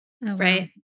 right